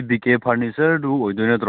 ꯑꯣ ꯌꯥꯝꯕꯦꯝ ꯐꯔꯅꯤꯆꯔꯒꯤꯅꯦꯕ ꯀꯣ